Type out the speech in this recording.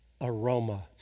aroma